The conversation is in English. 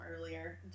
earlier